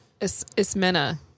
Ismena